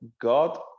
God